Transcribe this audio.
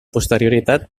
posterioritat